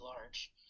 large